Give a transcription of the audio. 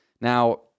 Now